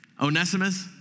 Onesimus